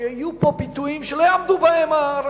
שיהיו פה פיתויים שראשי העמותות לא יעמדו בהם.